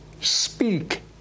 speak